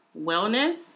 wellness